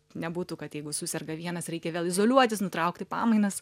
nebūtų kad jeigu suserga vienas reikia vėl izoliuotis nutraukti pamainas